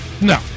no